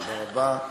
תודה רבה.